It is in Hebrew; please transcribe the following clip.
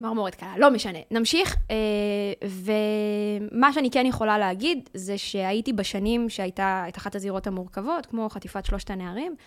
צמרמורת קלה, לא משנה, נמשיך. ומה שאני כן יכולה להגיד, זה שהייתי בשנים שהייתה את אחת הזירות המורכבות, כמו חטיפת שלושת הנערים,